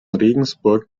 regensburg